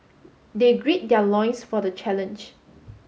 they grid their loins for the challenge